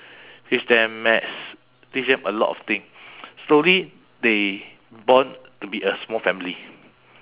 teach them maths teach them a lot of thing slowly they bond to be a small family